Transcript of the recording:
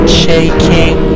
shaking